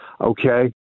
okay